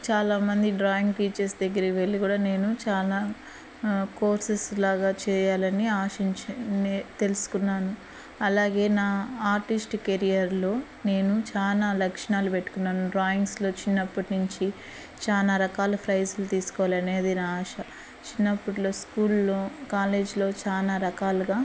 చాలామంది drawing teachers దగ్గరి వెళ్ళి కూడా నేను చాలా కోర్సెస్లాగా చేయాలని ఆశించ నే తెలుసుకున్నాను అలాగే నా ఆర్టిస్ట్ కెరియర్లో నేను చాలా లక్షణాలు పెట్టుకున్నాను డ్రాయింగ్స్లో చిన్నప్పటి నుంచి చాలా రకాల ఫ్రైజ్లు తీసుకోవాలి అనేది నా ఆశ చిన్నప్పట్లో స్కూల్లో కాలేజ్లో చాలా రకాలుగా